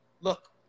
Look